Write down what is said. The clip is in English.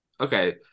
Okay